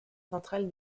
centrales